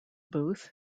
booth